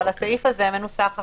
אבל הסעיף הזה מנוסח אחרת,